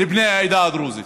לבני העדה הדרוזית,